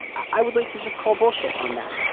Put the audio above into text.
i would like to just call bullshit on that.